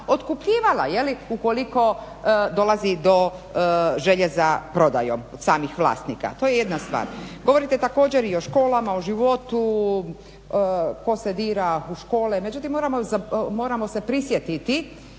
otkupljivala je li ukoliko dolazi do želje za prodajom od samih vlasnika. To je jedna stvar. Govorite također i o školama, o životu, tko sve dira škole, međutim moramo se prisjetiti